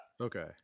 Okay